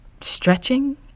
stretching